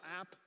app